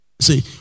See